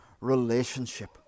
relationship